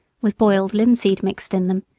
with boiled linseed mixed in them,